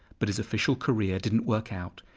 but his official career didn't work out.